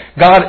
God